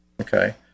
okay